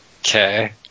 Okay